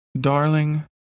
darling